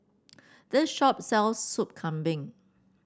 this shop sells Soup Kambing